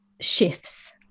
shifts